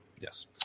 Yes